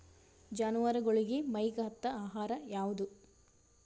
ಜಾನವಾರಗೊಳಿಗಿ ಮೈಗ್ ಹತ್ತ ಆಹಾರ ಯಾವುದು?